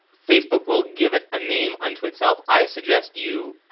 facebook will give it a name unto itself. i suggest you